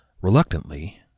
reluctantly